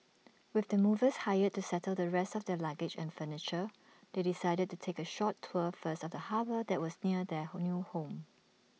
with the movers hired to settle the rest of their luggage and furniture they decided to take A short tour first of the harbour that was near their new home